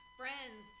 friends